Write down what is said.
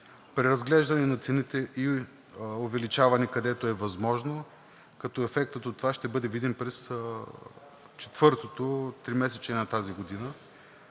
преразглеждане на цените и увеличаване, където е възможно, като ефектът от това ще бъде видим през четвъртото тримесечие на тази година;